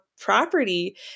property